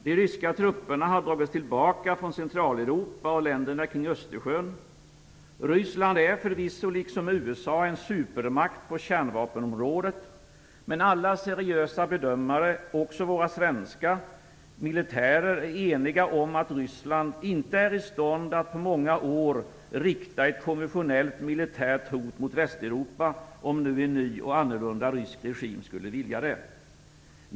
De ryska trupperna har dragits tillbaka från Centraleuropa och länderna kring Östersjön. Ryssland är förvisso, liksom USA, en supermakt på kärnvapenområdet, men alla seriösa bedömare, också våra svenska militärer, är eniga om att Ryssland inte är i stånd att på många år rikta ett konventionellt militärt hot mot Västeuropa, om nu en ny och annorlunda rysk regim skulle vilja det.